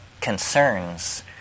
concerns